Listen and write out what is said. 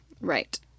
Right